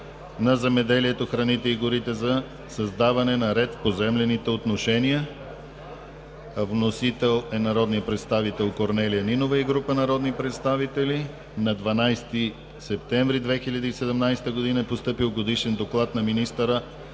на земеделието, храните и горите за създаване на ред в поземлените отношения. Вносители са народният представител Корнелия Нинова и група народни представители. На 12 септември 2017 г. е постъпил Годишен доклад на министъра